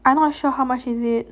I not sure how much is it